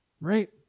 Right